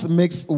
makes